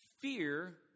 Fear